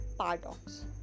paradox